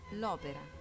l'Opera